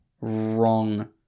wrong